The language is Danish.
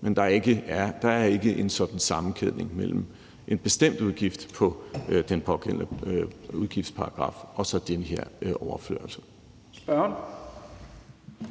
Men der er ikke en sådan sammenkædning mellem en bestemt udgift i den pågældende udgiftsparagraf og så den her overførsel.